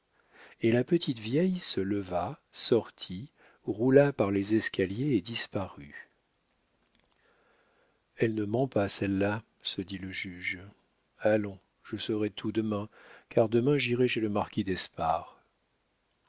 et la petite vieille se leva sortit roula par les escaliers et disparut elle ne ment pas celle-là se dit le juge allons je saurai tout demain car demain j'irai chez le marquis d'espard les